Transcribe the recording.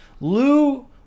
Lou